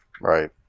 Right